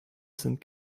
sind